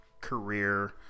career